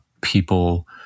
People